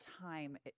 time